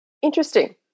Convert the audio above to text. Interesting